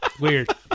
Weird